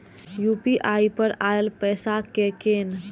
UPI पर आएल पैसा कै कैन?